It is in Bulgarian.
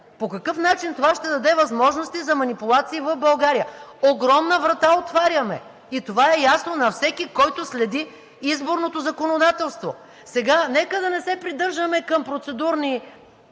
по какъв начин това ще даде възможности за манипулации в България? Огромна врата отваряме и това е ясно на всеки, който следи изборното законодателство. Нека да не се придържаме към процедурни